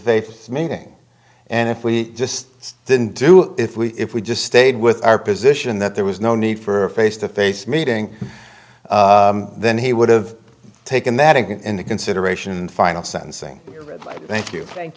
face meeting and if we just didn't do it if we if we just stayed with our position that there was no need for face to face meeting then he would've taken that into consideration in the final sentencing thank you thank